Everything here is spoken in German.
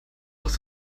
doch